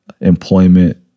employment